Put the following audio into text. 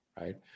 right